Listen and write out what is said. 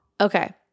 Okay